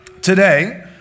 Today